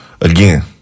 Again